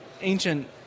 ancient